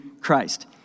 Christ